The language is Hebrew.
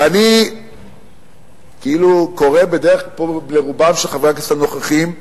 ואני קורא פה לרובם של חברי הכנסת הנוכחים,